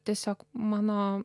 tiesiog mano